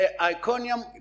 Iconium